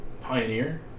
Pioneer